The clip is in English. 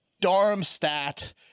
Darmstadt